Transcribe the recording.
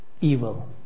evil